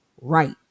Right